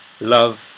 love